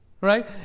Right